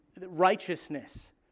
righteousness